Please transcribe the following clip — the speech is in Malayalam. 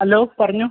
ഹലോ പറഞ്ഞോ